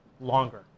longer